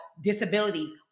disabilities